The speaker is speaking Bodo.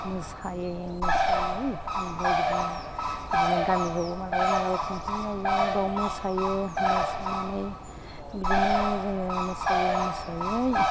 मोसायै मोसायै ओमफ्राय बिदिनो गामिफ्रावबो मालाबा मालाबा फांसन जायो बाव मोसायो मोसानानै बिदिनो जोङो मोसायै मोसायै